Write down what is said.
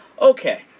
Okay